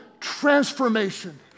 transformation